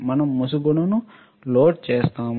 మనం ముసుగును లోడ్చేస్తాము